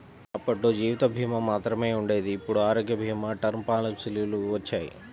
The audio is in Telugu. అప్పట్లో జీవిత భీమా మాత్రమే ఉండేది ఇప్పుడు ఆరోగ్య భీమా, టర్మ్ పాలసీలొచ్చినియ్యి